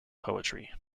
poetry